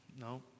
No